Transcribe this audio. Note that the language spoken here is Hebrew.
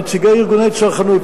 נציגי ארגוני צרכנות,